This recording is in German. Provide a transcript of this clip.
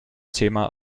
thema